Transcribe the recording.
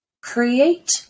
create